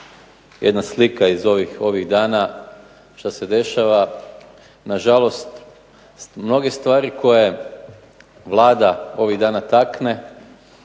jedna slika što se dešava ovih dana, na žalost mnoge stvari koje Vlada ovih dana takne